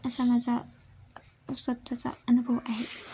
असा माझा स्वतःचा अनुभव आहे